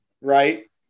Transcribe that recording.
Right